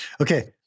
Okay